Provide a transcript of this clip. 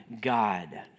God